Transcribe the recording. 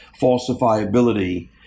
falsifiability